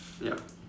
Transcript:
yup